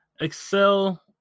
Excel